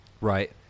Right